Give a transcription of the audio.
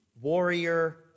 warrior